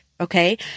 Okay